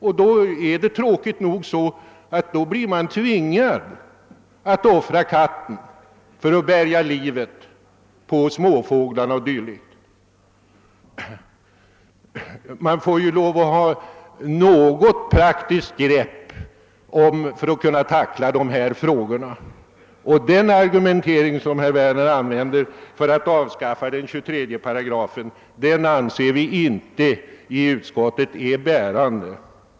Man blir då tråkigt nog tvingad att offra katten för att värja livet på småfåglar och annat vilt. Man måste ha något praktiskt grepp för att tackla dessa frågor. Den argumentering som herr Werner använder såsom skäl för att avskaffa 23 § anser vi i utskottet inte vara bärande.